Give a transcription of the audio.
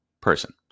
person